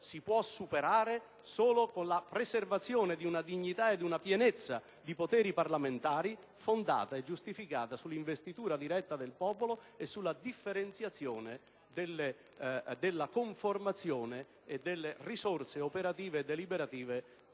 si può superare solo con la preservazione di una dignità e di una pienezza di poteri parlamentari fondata e giustificata sull'investitura diretta del popolo e sulla differenziazione della conformazione e delle risorse operative e deliberative